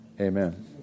Amen